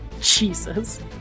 Jesus